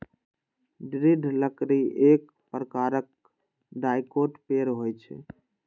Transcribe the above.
दृढ़ लकड़ी एक प्रकारक डाइकोट पेड़ होइ छै